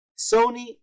Sony